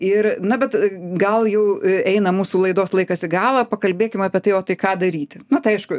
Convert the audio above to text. ir na bet gal jau eina mūsų laidos laikas į galą pakalbėkim apie tai o tai ką daryti na tai aišku